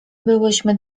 byłyśmy